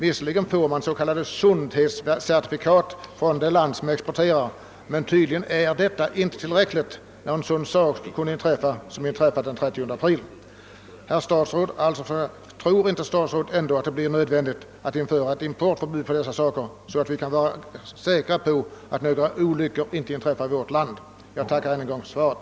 Visserligen får vi s.k. sundhetscertifikat från respektive exportland, men tydligen är inte detta tillräckligt, när en sådan sak kunde inträffa som det som hände den 30 april. Herr statsråd! Tror inte statsrådet ändå att det blir nödvändigt att införa importförbud för dessa varor, så att vi kan vara säkra på att några olyckor inte inträffar i vårt land? Jag tackar än en gång för svaret.